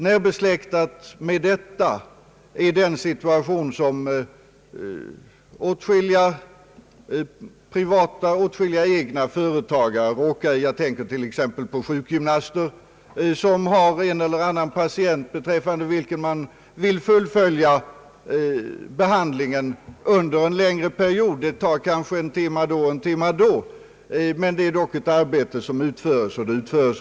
Närbesläktad härmed är den situation som egna företagare kan råka i. Jag tänker t.ex. på sjukgymnaster, som har en eller annan patient för vilken de vill fullfölja behandlingen under en längre period — det tar kanske en timme då och en timme då.